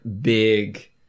big